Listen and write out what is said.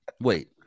Wait